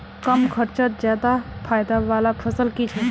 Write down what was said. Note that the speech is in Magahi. कम खर्चोत ज्यादा फायदा वाला फसल की छे?